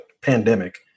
pandemic